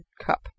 Cup